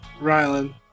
Rylan